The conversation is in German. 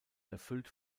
erfüllt